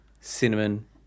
cinnamon